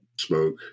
smoke